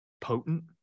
potent